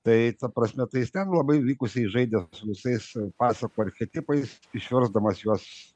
tai ta prasme tai jis ten labai vykusiai žaidė su visais pasakų archetipais išversdamas juos